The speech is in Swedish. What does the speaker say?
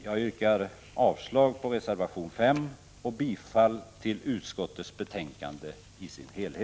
Jag yrkar avslag på reservation 5 och bifall till utskottets hemställan.